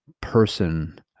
person